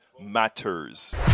matters